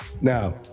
Now